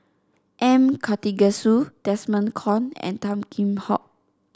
M Karthigesu Desmond Kon and Tan Kheam Hock